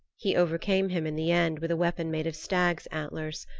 he overcame him in the end with a weapon made of stags' antlers.